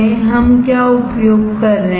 हम क्या उपयोग कर रहे हैं